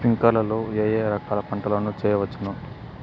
స్ప్రింక్లర్లు లో ఏ ఏ రకాల పంటల ను చేయవచ్చును?